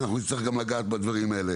אנחנו נצטרך גם לגעת בדברים האלה.